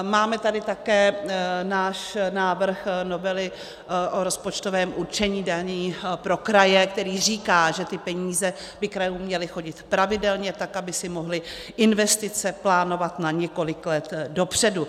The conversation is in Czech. Máme tady také náš návrh novely o rozpočtovém určení daní pro kraje, který říká, že ty peníze by krajům měly chodit pravidelně, tak aby si mohly investice plánovat na několik let dopředu.